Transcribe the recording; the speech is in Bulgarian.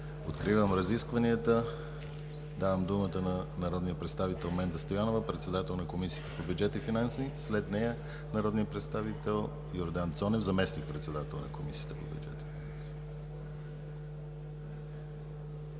Откривам разискванията. Давам думата на народния представител Менда Стоянова – председател на Комисията по бюджет и финанси, след нея народният представител Йордан Цонев – заместник-председател на Комисията по бюджет